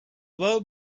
well